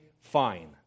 fine